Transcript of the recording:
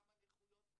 כמה נכויות,